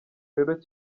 rero